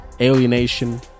alienation